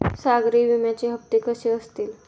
सागरी विम्याचे हप्ते कसे असतील?